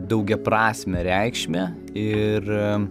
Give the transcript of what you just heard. daugiaprasmę reikšmę ir